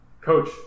coach